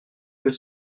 que